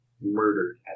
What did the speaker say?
murdered